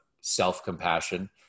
self-compassion